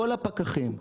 כל הפקחים,